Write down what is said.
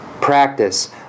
practice